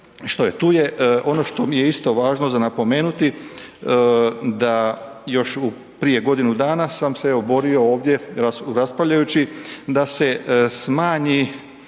što je tu je. Ono što mi je isto važno za napomenuti da još prije godinu dana sam se, evo borio ovdje raspravljajući da se smanji